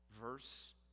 verse